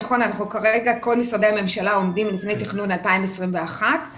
כרגע כל משרדי הממשלה עומדים לפני תכנון 2021 וזו